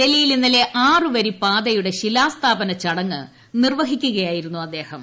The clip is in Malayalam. ഡൽഹിയിൽ ഇന്നലെ ആറ് വരി പാതയുടെ ശിലാസ്ഥാപന ചടങ്ങ് നിർവ്വഹിക്കുകയായിരുന്നു അദ്ദേഹം